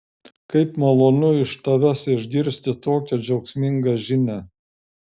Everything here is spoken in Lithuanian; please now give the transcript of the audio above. kaip malonu iš tavęs išgirsti tokią džiaugsmingą žinią